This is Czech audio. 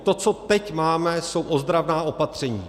To, co teď máme, jsou ozdravná opatření.